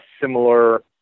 similar